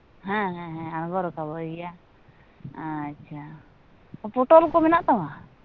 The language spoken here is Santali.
ᱦᱮᱸ ᱦᱮᱸ ᱦᱮᱸ ᱟᱬᱜᱚ ᱨᱟᱠᱟᱵᱚᱜ ᱜᱮᱭᱟ ᱟᱪᱪᱷᱟ ᱯᱚᱴᱚᱞ ᱠᱚ ᱢᱮᱱᱟᱜ ᱛᱟᱢᱟ